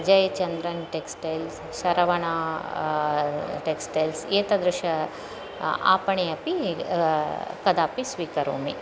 Jayachandran textiles Saravana textiles एतादृशे आपणे अपि कदापि स्वीकरोमि